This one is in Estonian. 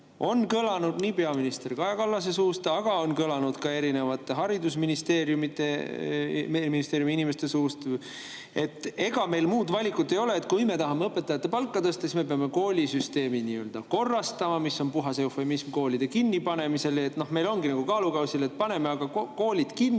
On kõlanud peaminister Kaja Kallase suust, aga on kõlanud ka erinevate haridusministeeriumi inimeste suust, et ega meil muud valikut ei ole: kui me tahame õpetajate palka tõsta, siis me peame koolisüsteemi nii-öelda korrastama – mis on puhas eufemism koolide kinnipanemise kohta. Meil ongi nagu kaalukausil, et paneme aga koolid kinni